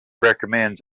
recommends